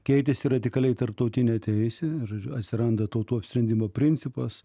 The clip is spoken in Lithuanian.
keitėsi radikaliai tarptautinė teisė ir ir atsiranda tautų apsisprendimo principas